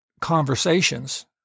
conversations